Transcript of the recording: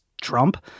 Trump